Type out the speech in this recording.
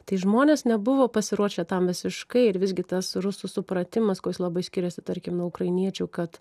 tai žmonės nebuvo pasiruošę tam visiškai ir visgi tas rusų supratimas labai skiriasi tarkim nuo ukrainiečių kad